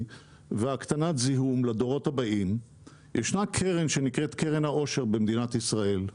והקטנת זיהום לדורות הבאים ישנה קרן שנקראת קרן העושר במדינת ישראל.